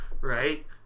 right